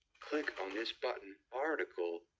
click on this button. article.